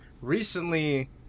recently